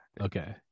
okay